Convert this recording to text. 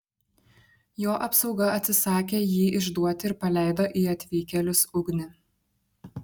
jo apsauga atsisakė jį išduoti ir paleido į atvykėlius ugnį